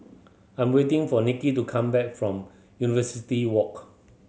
I'm waiting for Niki to come back from University Walk